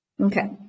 Okay